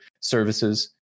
services